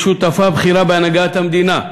והיא שותפה בכירה בהנהגת המדינה".